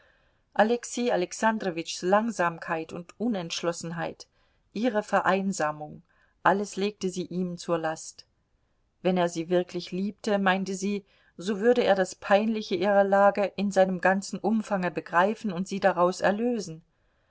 alexei alexandrowitschs langsamkeit und unentschlossenheit ihre vereinsamung alles legte sie ihm zur last wenn er sie wirklich liebte meinte sie so würde er das peinliche ihrer lage in seinem ganzen umfange begreifen und sie daraus erlösen